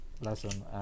lesson